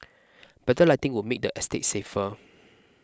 better lighting would make the estate safer